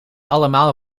allemaal